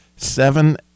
Seven